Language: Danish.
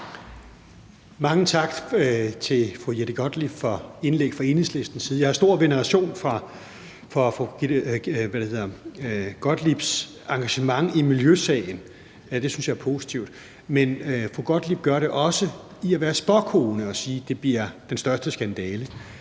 Mange tak til fru Jette Gottlieb for indlæg fra Enhedslistens side. Jeg har stor veneration for fru Jette Gottliebs engagement i miljøsagen; det synes jeg er positivt. Men fru Jette Gottlieb gør sig også som spåkone og siger, at det bliver den største skandale.